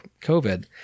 COVID